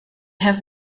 have